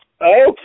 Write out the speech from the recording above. Okay